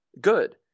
good